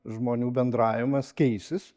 žmonių bendravimas keisis